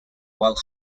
wild